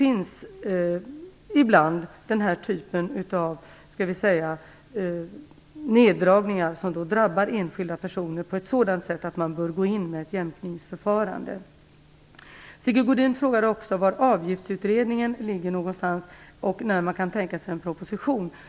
Ibland förekommer det nämligen neddragningar som drabbar enskilda personer på ett sådant sätt att man bör gå in med ett jämkningsförfarande. Sigge Godin frågade också var Avgiftsutredningen ligger och när man kan tänka sig en proposition.